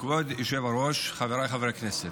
כבוד היושב-ראש, חבריי חברי הכנסת,